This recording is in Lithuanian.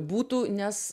būtų nes